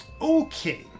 okay